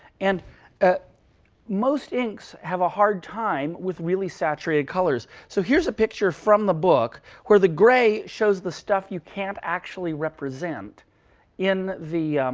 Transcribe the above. and most inks have a hard time with really saturated colors. so here's a picture from the book where the grey shows the stuff you can't actually represent in the